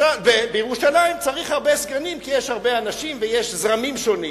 בירושלים צריך הרבה סגנים כי יש הרבה אנשים ויש זרמים שונים.